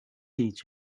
each